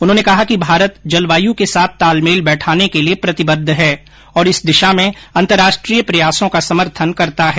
उन्होंने कहा कि भारत जलवायु के साथ तालमेल बैठाने के लिए प्रतिबद्ध है और इस दिशा में अंतर्राष्ट्रीय प्रयासों का समर्थन करता है